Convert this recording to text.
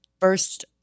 first